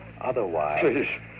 Otherwise